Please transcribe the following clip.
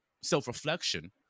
self-reflection